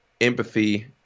empathy